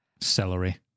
Celery